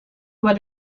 what